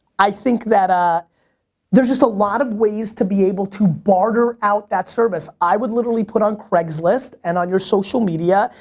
i think that ah there's a lot of ways to be able to barter out that service. i would literally put on craig's list and on your social media,